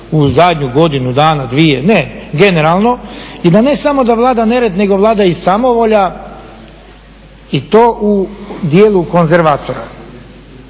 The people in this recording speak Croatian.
u zadnju godinu dana, dvije, ne generalno. I da ne samo da vlada nered, nego vlada i samovolja i to u dijelu konzervatora.